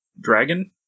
Dragon